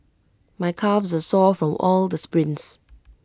my calves are sore from all the sprints